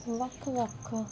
ਵੱਖ ਵੱਖ